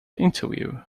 interview